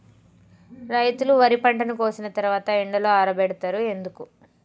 రైతులు వరి పంటను కోసిన తర్వాత ఎండలో ఆరబెడుతరు ఎందుకు?